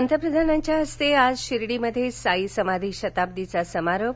पंतप्रधानांच्या हस्ते आज शिर्डीत साई समाधी शताब्दीचा समारोप